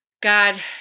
God